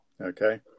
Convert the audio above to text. okay